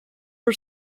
her